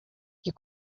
you